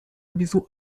maison